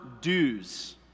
dues